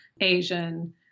Asian